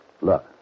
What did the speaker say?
Look